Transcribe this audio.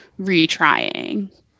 retrying